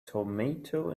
tomato